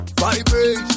Vibrate